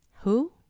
Who